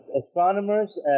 astronomers